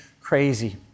crazy